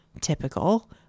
Typical